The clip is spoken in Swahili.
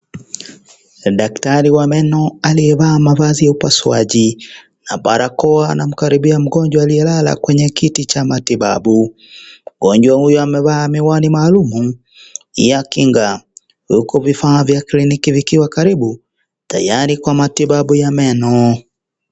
Daktari wa meno aliyevaa mavazi ya upasuaji na barakoa anamkaribia mgonjwa aliyelala kwenye kiti cha matibabu ,mgonjwa huyu amevaa miwani maalum ya kinga huku vifaa vya kiliniki vikiwa karibu tayari kwa matibabu ya meno.